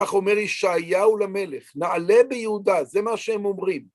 כך אומר ישעיהו למלך, נעלה ביהודה, זה מה שהם אומרים.